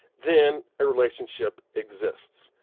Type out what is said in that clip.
then a relationship exists.